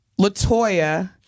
Latoya